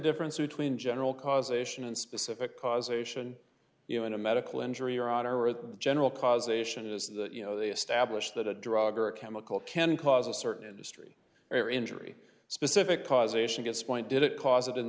difference between general causation and specific causation you know in a medical injury or are at the general causation is that you know they establish that a drug or a chemical can cause a certain industry or injury specific causation gets point did it cause it in